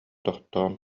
тохтоон